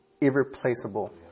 irreplaceable